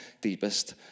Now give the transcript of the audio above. deepest